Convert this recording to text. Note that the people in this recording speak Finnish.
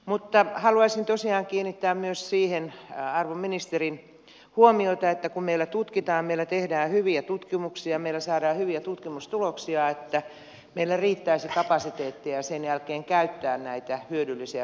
mutta haluaisin tosiaan kiinnittää myös siihen arvon ministerin huomiota että kun meillä tutkitaan meillä tehdään hyviä tutkimuksia meillä saadaan hyviä tutkimustuloksia niin meillä riittäisi kapasiteettiä sen jälkeen käyttää näitä hyödyllisiä tutkimustuloksia